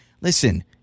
Listen